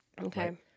Okay